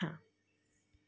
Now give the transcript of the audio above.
हां